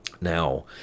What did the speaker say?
Now